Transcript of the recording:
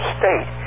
state